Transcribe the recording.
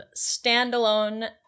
standalone